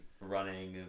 running